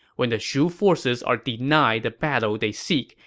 when the shu forces are denied the battle they seek,